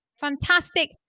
fantastic